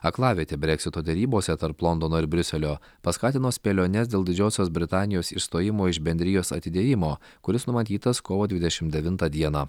aklavietė breksito derybose tarp londono ir briuselio paskatino spėliones dėl didžiosios britanijos išstojimo iš bendrijos atidėjimo kuris numatytas kovo dvdešimt devintą dieną